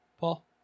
Paul